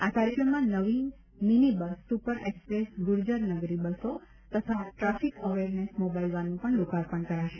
આ કાર્યક્રમમાં નવીન mini bus super express Gurjarnagari બસો તથા ટ્રાફિક એવેરનેસ મોબાઇલ વાનનું પણ લોકાર્પણ કરાશે